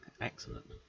Excellent